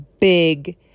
big